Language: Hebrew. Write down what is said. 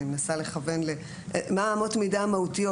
מהן אמות המידה המהותיות?